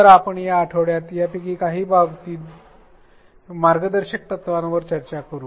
तर आपण या आठवड्यात यापैकी काही बाबींबद्दल मार्गदर्शक तत्त्वांवर चर्चा करू